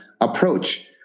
approach